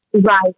Right